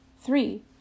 Three